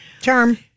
charm